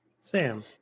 Sam